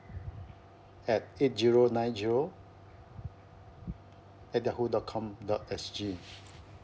at eight zero nine zero at yahoo dot com dot S_G